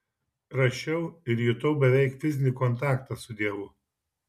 rašiau ir jutau beveik fizinį kontaktą su dievu